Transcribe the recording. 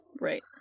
right